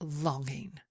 longing